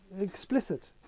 explicit